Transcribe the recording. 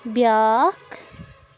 بیٛاکھ